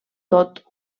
tot